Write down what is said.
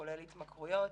כולל התמכרויות,